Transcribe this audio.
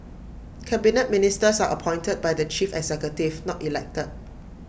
Cabinet Ministers are appointed by the chief executive not elected